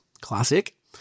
classic